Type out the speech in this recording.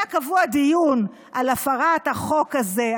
היה קבוע דיון על הפרת החוק הזה,